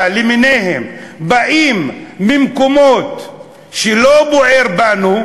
למיניהן באים ממקומות שלא בוערים בנו,